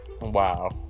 Wow